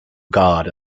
god